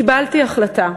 קיבלתי החלטה.